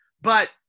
but-